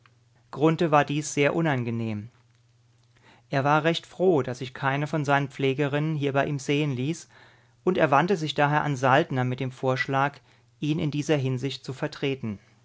war dies sehr unangenehm er war recht froh daß sich keine von seinen pflegerinnen hier bei ihm sehen ließ und er wandte sich daher an saltner mit dem vorschlag ihn in dieser hinsicht zu vertreten